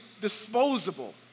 disposable